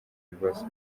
ibibazo